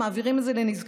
הם מעבירים את זה לנזקקים.